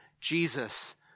Jesus